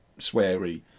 sweary